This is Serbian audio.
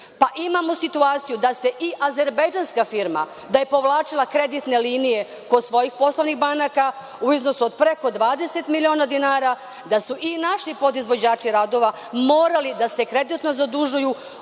Imamo situaciju da se i azerbejdžanska firma, da je povlačila kreditne linije kod svojih poslovnih banaka u iznosu od preko 20 miliona dinara, da su i naši podizvođači radova morali da se kreditno zadužuju